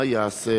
מה ייעשה